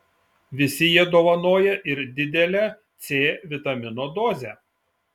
visi jie dovanoja ir didelę c vitamino dozę